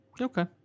Okay